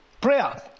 Prayer